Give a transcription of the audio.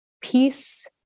peace